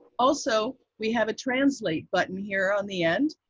also, we have a translate button here on the end.